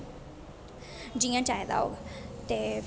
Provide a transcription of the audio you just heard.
जि'यां चाहिदा होग ते